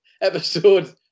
episode